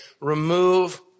remove